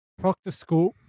proctoscope